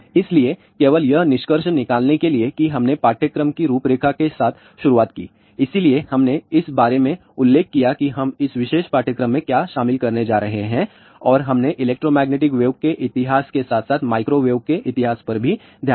इसलिए केवल यह निष्कर्ष निकालने के लिए कि हमने पाठ्यक्रम की रूपरेखा के साथ शुरुआत की इसलिए हमने इस बारे में उल्लेख किया कि हम इस विशेष पाठ्यक्रम में क्या शामिल करने जा रहे हैं और हमने इलेक्ट्रोमैग्नेटिक वेव्स के इतिहास के साथ साथ माइक्रोवेव के इतिहास पर भी ध्यान दिया